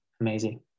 amazing